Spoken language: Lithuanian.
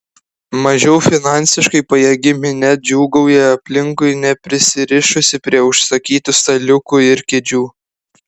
mažiau finansiškai pajėgi minia džiūgauja aplinkui neprisirišusi prie užsakytų staliukų ir kėdžių